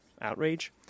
Outrage